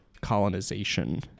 colonization